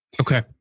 Okay